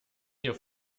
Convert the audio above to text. hier